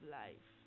life